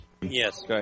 Yes